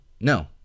No